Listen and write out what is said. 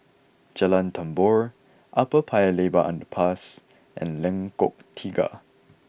Jalan Tambur Upper Paya Lebar Underpass and Lengkok Tiga